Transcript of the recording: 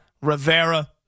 Rivera